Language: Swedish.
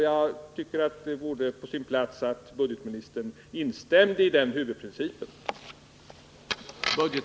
Jag tycker att det vore på sin plats att budgetministern instämde i den huvudprincip som riksdagen uttalat sig för.